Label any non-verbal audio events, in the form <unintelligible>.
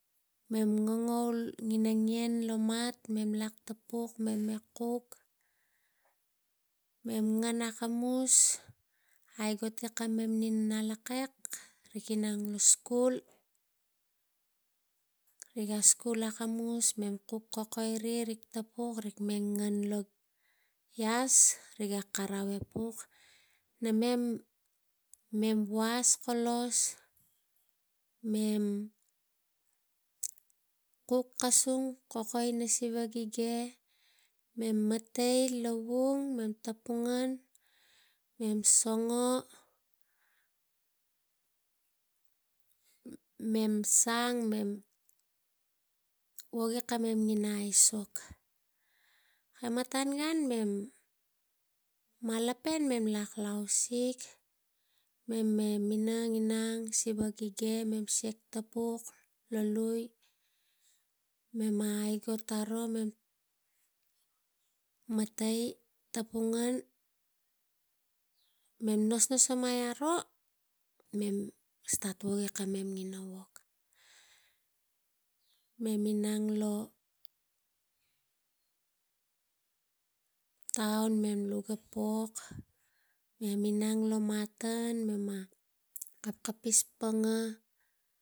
Mem ngo ngaul e ien lo mat, mem lak tapuk ga kuk mem ngen akamuus, ai goti kamem nalakek inang lo skul, riga skul akamus, e nem kuk kukui ri tapuk rik nge loge, e lo ias woga kus <unintelligible> namem was kolos, mem kuk kasung koka tang siva gi ge mem matei lowung. Mem sang e mem wogi kamem tang aisok kamatan gan mem malapen mem inang lo ausik mem me minang inang e siva gi ge, mem siak tapuk lo liu mem ma aigoti mem matai tapu ngen, mem nasnasomem stati mem ina wok mem inang lo taun luga pok mem inang lo maket, kamatan gan mem inang suk panga.